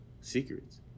secrets